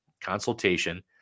consultation